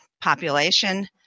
population